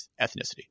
ethnicity